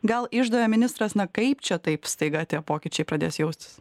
gal išdavė ministras na kaip čia taip staiga tie pokyčiai pradės jaustis